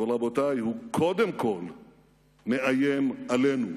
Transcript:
אבל, רבותי, הוא קודם כול מאיים עלינו.